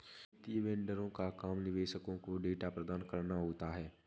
वित्तीय वेंडरों का काम निवेशकों को डेटा प्रदान कराना होता है